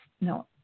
No